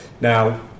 Now